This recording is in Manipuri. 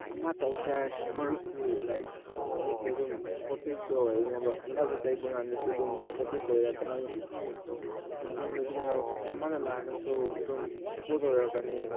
ꯑꯃꯇꯧꯁꯦ ꯍꯥꯏꯔꯁꯨ ꯃꯔꯨꯞꯇꯤ ꯂꯥꯏꯛ ꯃꯔꯨꯞꯇꯤ ꯑꯗꯨꯝ ꯁꯞꯄ꯭ꯣꯔꯠꯇꯤꯞꯁꯨ ꯑꯣꯏꯒꯅꯦꯕ ꯈꯠꯅꯕ ꯆꯩꯕꯀꯥꯟꯗꯁꯨ ꯑꯗꯨꯝ ꯁꯞꯄ꯭ꯣꯔꯠꯇꯤꯞ ꯑꯣꯏꯔꯛꯀꯅꯤ ꯃꯇꯨꯡꯗ ꯑꯗꯨꯝ ꯌꯥꯎꯔꯛꯀꯅꯤ ꯑꯃꯅ ꯂꯥꯟꯈ꯭ꯔꯁꯨ ꯑꯗꯨꯝ ꯁꯞꯄ꯭ꯣꯔꯠ ꯑꯣꯏꯔꯛꯀꯅꯤ